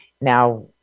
Now